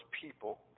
people